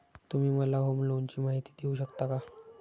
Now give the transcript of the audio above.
तुम्ही मला होम लोनची माहिती देऊ शकता का?